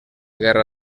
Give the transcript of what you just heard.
guerra